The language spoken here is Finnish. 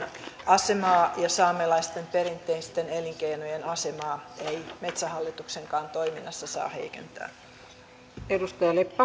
asemaa ja saamelaisten perinteisten elinkeinojen asemaa ei metsähallituksenkaan toiminnassa saa heikentää